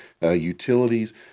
utilities